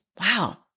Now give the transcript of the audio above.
wow